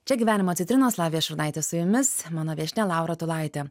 čia gyvenimo citrinos lavija šurnaitė su jumis mano viešnia laura tulaitė